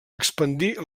expandir